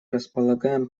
располагаем